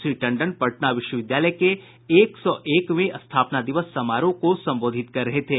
श्री टंडन पटना विश्वविद्यालय के एक सौ एकवें स्थापना दिवस समारोह को संबोधित कर रहे थे